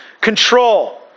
Control